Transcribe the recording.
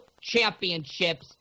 championships